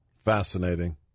Fascinating